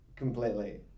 Completely